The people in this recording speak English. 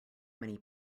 many